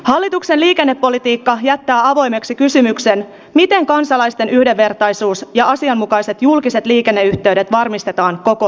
hallituksen liikennepolitiikka jättää avoimeksi kysymyksen miten kansalaisten yhdenvertaisuus ja asianmukaiset julkiset liikenneyhteydet varmistetaan koko maassa